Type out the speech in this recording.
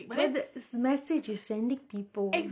the the message is sending people